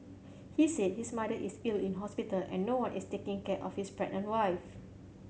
he said his mother is ill in hospital and no one is taking care of his pregnant wife